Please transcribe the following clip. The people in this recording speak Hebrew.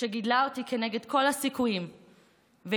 שגידלה אותי כנגד כל הסיכויים והצליחה,